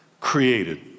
created